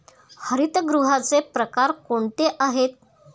हरितगृहाचे प्रकार कोणते आहेत?